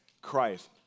Christ